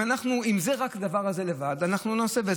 אם רק הדבר הזה לבד, אנחנו נעשה.